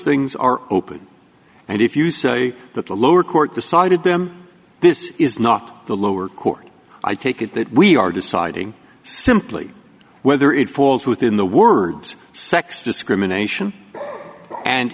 things are open and if you say that the lower court decided them this is not the lower court i take it that we are deciding simply whether it falls within the words sex discrimination and